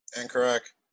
Incorrect